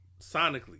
sonically